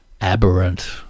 aberrant